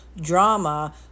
drama